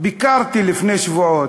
ביקרתי לפני שבועות,